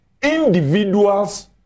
Individuals